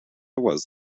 was